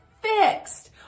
fixed